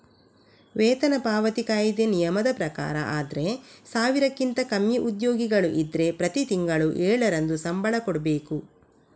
ವೇತನ ಪಾವತಿ ಕಾಯಿದೆ ನಿಯಮದ ಪ್ರಕಾರ ಆದ್ರೆ ಸಾವಿರಕ್ಕಿಂತ ಕಮ್ಮಿ ಉದ್ಯೋಗಿಗಳು ಇದ್ರೆ ಪ್ರತಿ ತಿಂಗಳು ಏಳರಂದು ಸಂಬಳ ಕೊಡ್ಬೇಕು